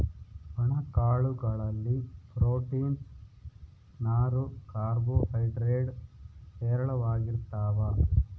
ಒಣ ಕಾಳು ಗಳಲ್ಲಿ ಪ್ರೋಟೀನ್ಸ್, ನಾರು, ಕಾರ್ಬೋ ಹೈಡ್ರೇಡ್ ಹೇರಳವಾಗಿರ್ತಾವ